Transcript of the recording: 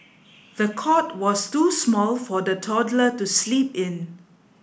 the cot was too small for the toddler to sleep in